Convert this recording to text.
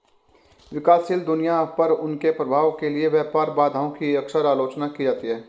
विकासशील दुनिया पर उनके प्रभाव के लिए व्यापार बाधाओं की अक्सर आलोचना की जाती है